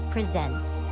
Presents